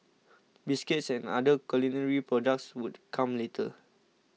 biscuits and other culinary products would come later